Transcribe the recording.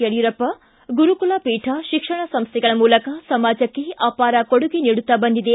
ಯಡಿಯೂರಪ್ಪ ಗುರುಕುಲ ಪೀಠ ಶಿಕ್ಷಣ ಸಂಸ್ಥೆಗಳ ಮೂಲಕ ಸಮಾಜಕ್ಕೆ ಅಪಾರ ಕೊಡುಗೆ ನೀಡುತ್ತ ಬಂದಿದೆ